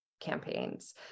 campaigns